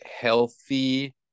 healthy